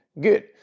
good